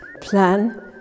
plan